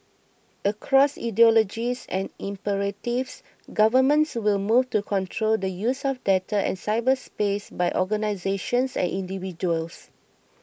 across ideologies and imperatives governments will move to control the use of data and cyberspace by organisations and individuals